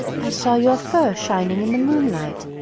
i saw your fur shining in the moonlight,